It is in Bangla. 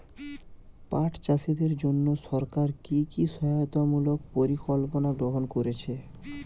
পাট চাষীদের জন্য সরকার কি কি সহায়তামূলক পরিকল্পনা গ্রহণ করেছে?